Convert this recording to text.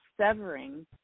severing